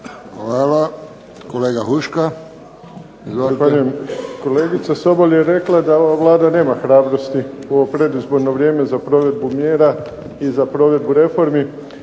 Hvala. Kolega Huška,